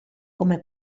come